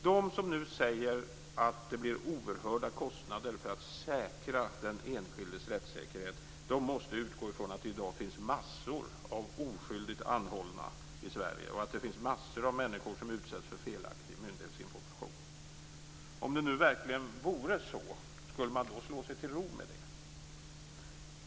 De som nu säger att det blir oerhörda kostnader för att säkra den enskildes rättssäkerhet måste utgå från att det i dag finns en mängd oskyldigt anhållna i Sverige och att det finns en mängd människor som utsätts för felaktig myndighetsinformation. Om det verkligen vore så, skulle man då slå sig till ro med det?